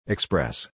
Express